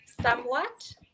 Somewhat